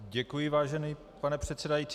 Děkuji, vážený pane předsedající.